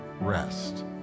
rest